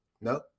no